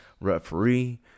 referee